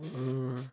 ଉମ